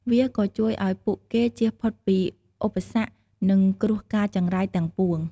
វាក៏ជួយឱ្យពួកគេជៀសផុតពីឧបសគ្គ និងគ្រោះកាចចង្រៃទាំងពួង។